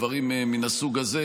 דברים מן הסוג הזה,